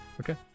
Okay